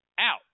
out